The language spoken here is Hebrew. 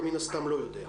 אתה מן הסתם לא יודע.